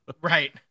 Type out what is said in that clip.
right